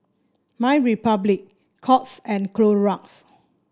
MyRepublic Courts and Clorox